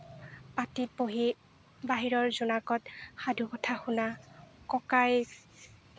পাতিত বহি বাহিৰৰ জোনাকত সাধুকথা শুনা ককাই